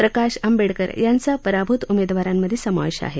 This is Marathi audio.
प्रकाश आंबेडकर यांचा पराभूत उमेदवारांमध्ये समावेश आहे